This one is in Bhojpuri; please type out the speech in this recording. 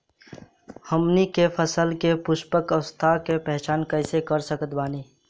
हमनी के फसल में पुष्पन अवस्था के पहचान कइसे कर सकत बानी?